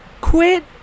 Quit